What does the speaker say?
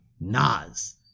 Nas